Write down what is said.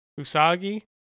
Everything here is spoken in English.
Usagi